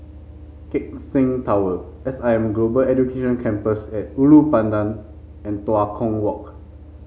Keck Seng Tower S I M Global Education Campus at Ulu Pandan and Tua Kong Walk